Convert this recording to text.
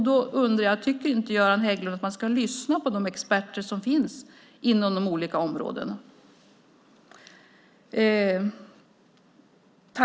Då undrar jag: Tycker inte Göran Hägglund att man ska lyssna på de experter som finns inom de olika områdena?